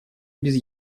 без